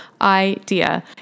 idea